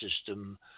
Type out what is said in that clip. system